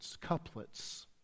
couplets